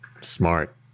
Smart